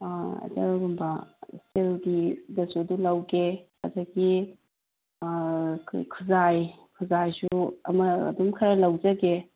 ꯑꯗꯨꯒꯨꯝꯕ ꯏꯁ꯭ꯇꯤꯜꯒꯤꯗꯁꯨ ꯂꯧꯒꯦ ꯑꯗꯒꯤ ꯑꯩꯈꯣꯏ ꯈꯨꯖꯥꯏ ꯈꯨꯖꯥꯏꯁꯨ ꯑꯃ ꯑꯗꯨꯝ ꯈꯔ ꯂꯧꯖꯒꯦ